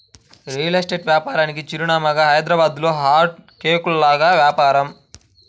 real estate వ్యాపారానికి చిరునామాగా హైదరాబాద్లో హాట్ కేకుల్లాగా వ్యాపారం